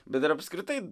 bet ir apskritai